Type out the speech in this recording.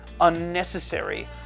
unnecessary